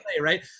right